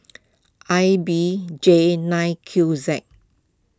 I B J nine Q Z